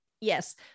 Yes